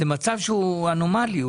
זה מצב שהוא אנומלי.